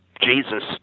Jesus